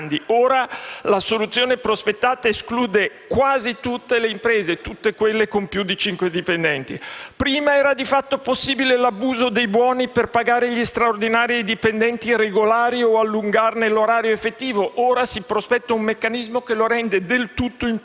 la soluzione prospettata esclude quasi tutte le imprese, cioè tutte quelle con più di cinque dipendenti. Prima era di fatto possibile l'abuso dei buoni per pagare gli straordinari ai dipendenti regolari o allungarne l'orario effettivo; ora si prospetta un meccanismo che lo rende del tutto impossibile.